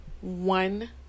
one